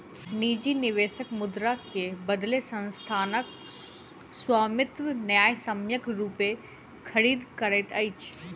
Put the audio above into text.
निजी निवेशक मुद्रा के बदले संस्थानक स्वामित्व न्यायसम्यक रूपेँ खरीद करैत अछि